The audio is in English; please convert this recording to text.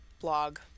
blog